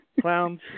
clowns